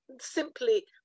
simply